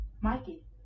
Mikey